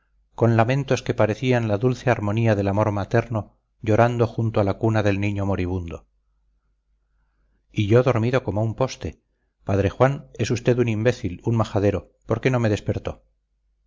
con lamentos que parecían la dulce armonía del amor materno llorando junto a la cuna del niño moribundo y yo dormido como un poste padre juan es usted un imbécil un majadero por qué no me despertó